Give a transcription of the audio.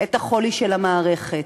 את החולי של המערכת.